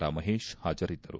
ರಾ ಮಹೇಶ್ ಹಾಜರಿದ್ದರು